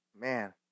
man